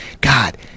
God